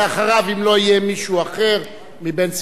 אם לא יהיה מישהו אחר מבין סיעות הבית,